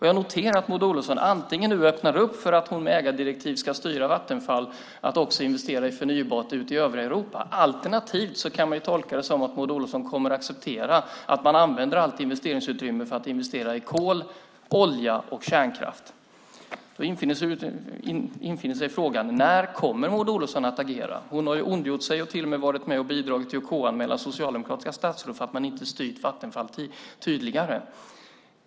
Jag noterar att Maud Olofsson nu öppnar för att med ägardirektiv styra Vattenfall till att investera i förnybart ute i övriga Europa. Alternativt kan man tolka det som att Maud Olofsson kommer att acceptera att man använder allt investeringsutrymme för att investera i kol, olja och kärnkraft. Då infinner sig frågan: När kommer Maud Olofsson att agera? Hon har ondgjort sig och till och med varit med och bidragit till att KU-anmäla socialdemokratiska statsråd för att de inte styrt Vattenfall tydligare.